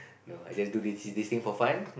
you know I just do this this thing for fun